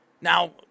Now